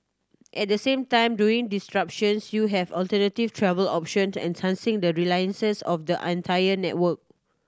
at the same time during disruptions you have alternative travel options to enhancing the resiliences of the entire network